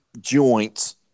joints